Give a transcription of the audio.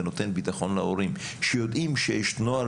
ונותן ביטחון להורים שיודעים שיש נוהל